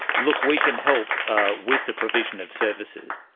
look, we can help with the provision of services.